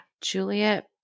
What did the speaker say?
Juliet